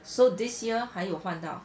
so this year 还有换到